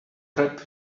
rap